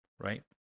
right